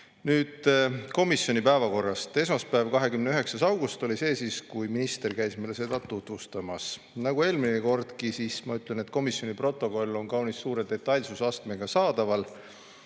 komisjoni päevakorrast. Esmaspäev, 29. august oli see päev, kui minister käis meile seda [eelnõu] tutvustamas. Nagu eelmine kordki ma ütlen, et komisjoni protokoll on kaunis suure detailsusastmega saadaval.